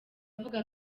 avuga